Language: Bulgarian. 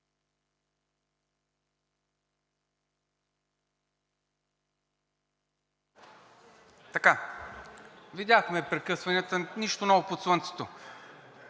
Така. Видяхме прекъсванията – нищо ново под слънцето.